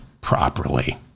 properly